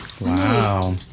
Wow